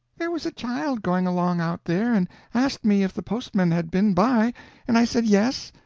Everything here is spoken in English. there was a child going along out there and asked me if the postman had been by and i said yes,